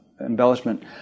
embellishment